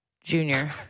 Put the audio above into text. Junior